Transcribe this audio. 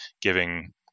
giving